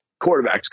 quarterbacks